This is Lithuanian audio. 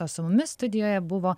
o su mumis studijoje buvo